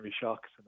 shocks